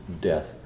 death